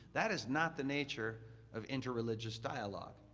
that is not the nature of interreligious dialogue.